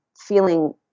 feeling